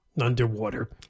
underwater